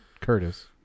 Curtis